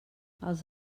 els